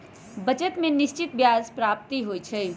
बचत में निश्चित ब्याज प्राप्त होइ छइ